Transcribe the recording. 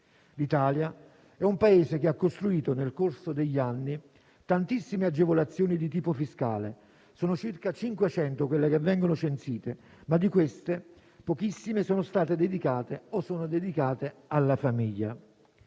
L'Italia è un Paese che ha costruito, nel corso degli anni, tantissime agevolazioni di tipo fiscale: sono circa 500 quelle che vengono censite, ma di queste pochissime sono state dedicate o sono dedicate alla famiglia.